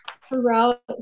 Throughout